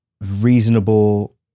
reasonable